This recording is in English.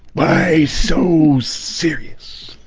why so serious